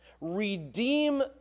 redeem